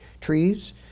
trees